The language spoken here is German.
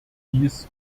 dies